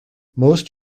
most